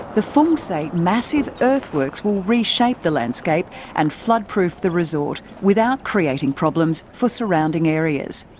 the fungs say massive earthworks will reshape the landscape and flood-proof the resort, without creating problems for surrounding areas.